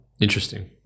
Interesting